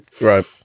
right